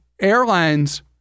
airlines